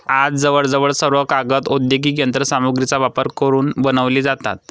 आज जवळजवळ सर्व कागद औद्योगिक यंत्र सामग्रीचा वापर करून बनवले जातात